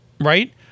Right